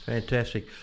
Fantastic